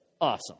Awesome